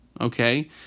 okay